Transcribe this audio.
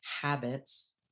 habits